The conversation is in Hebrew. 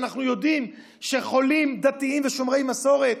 שאנחנו יודעים שחולים דתיים ושומרי מסורת,